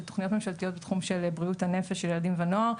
תוכניות ממשלתיות בתחום של בריאות הנפש של ילדים ונוער.